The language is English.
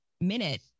minute